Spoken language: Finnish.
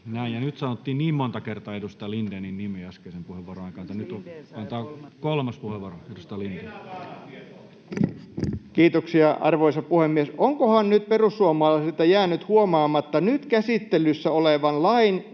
nyt sanottiin niin monta kertaa edustaja Lindénin nimi äskeisen puheenvuoron aikana, että annetaan kolmas puheenvuoro edustaja Lindénille. Kiitoksia, arvoisa puhemies! Onkohan perussuomalaisilta jäänyt huomaamatta nyt käsittelyssä olevan lain